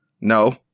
No